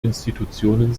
institutionen